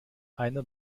einer